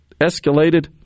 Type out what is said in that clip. escalated